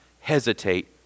hesitate